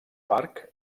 parc